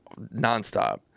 nonstop